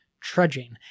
trudging